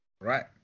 Right